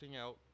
out